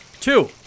Two